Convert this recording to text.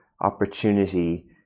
opportunity